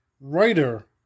writer